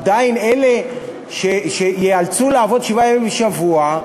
עדיין אלה שייאלצו לעבוד שבעה ימים בשבוע,